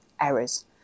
errors